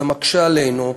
זה מקשה עלינו.